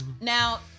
Now